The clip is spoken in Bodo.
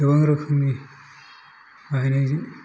गोबां रोखोमनि बाहायनायजों